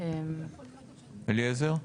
אליעזר?